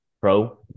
pro